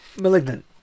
Malignant